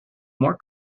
more